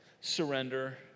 surrender